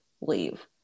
leave